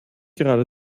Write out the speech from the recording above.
gerade